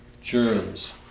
germs